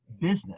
business